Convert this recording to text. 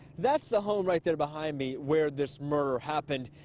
that's the home right there behind me where this murder happened.